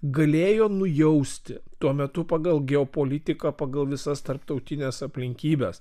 galėjo nujausti tuo metu pagal geopolitiką pagal visas tarptautines aplinkybes